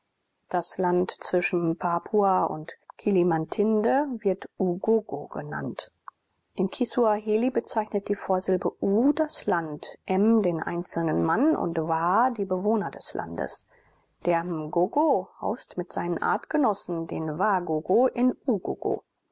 das land zwischen mpapua und kilimatinde wird ugogo genannt in kisuaheli bezeichnet die vorsilbe u das land m den einzelnen mann und wa die bewohner des landes der mgogo haust mit seinen artgenossen den wagogo in ugogo